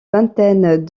vingtaine